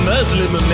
Muslim